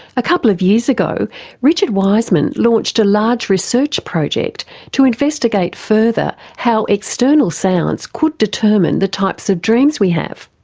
a couple of years ago richard wiseman launched a large research project to investigate further how external sounds could determine the types of dreams we have.